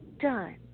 done